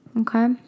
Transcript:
okay